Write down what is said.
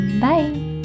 Bye